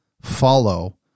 follow